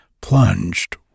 plunged